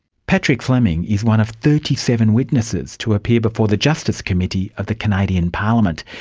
patrick fleming is one of thirty seven witnesses to appear before the justice committee of the canadian parliament.